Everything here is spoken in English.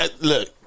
look